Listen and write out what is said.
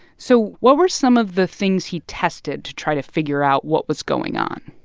so what were some of the things he tested to try to figure out what was going on?